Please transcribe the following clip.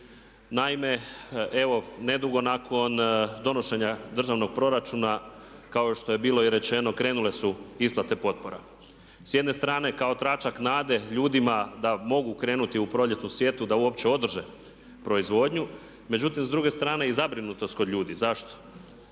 Naime, evo, nedugo nakon donošenja državnog proračuna kao što je bilo i rečeno krenule su isplate potpora. S jedne strane kao tračak nade ljudima da mogu krenuti u proljetnu sjetvu, da uopće održe proizvodnju. Međutim, s druge strane i zabrinutost kod ljudi. Zašto?